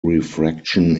refraction